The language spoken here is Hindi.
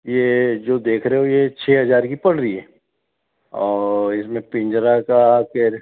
ये जो देख रहे हो ये छः हजार की पड़ रही है और इसमें पिंजरा का